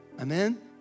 Amen